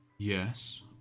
Yes